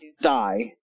die